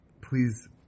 Please